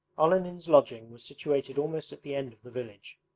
olenin's lodging was situated almost at the end of the village.